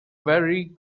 very